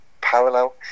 parallel